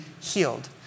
healed